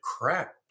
crap